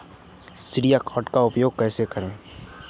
श्रेय कार्ड का उपयोग कैसे करें?